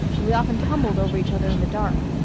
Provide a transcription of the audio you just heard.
and we often tumbled over each other in the dark.